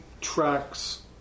tracks